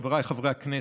חבריי חברי הכנסת,